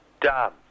done